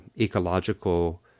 ecological